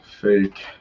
fake